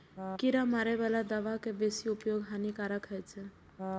कीड़ा मारै बला दवा के बेसी उपयोग हानिकारक होइ छै